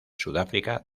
sudáfrica